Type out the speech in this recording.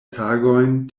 tagojn